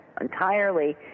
entirely